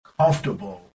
comfortable